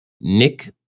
Nick